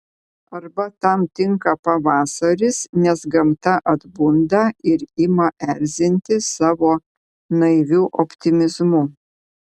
arba tam tinka pavasaris nes gamta atbunda ir ima erzinti savo naiviu optimizmu